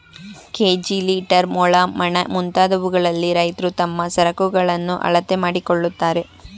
KG, litre, ಮೊಳ, ಮಣ, ಮುಂತಾದವುಗಳಲ್ಲಿ ರೈತ್ರು ತಮ್ಮ ಸರಕುಗಳನ್ನು ಅಳತೆ ಮಾಡಿಕೊಳ್ಳುತ್ತಾರೆ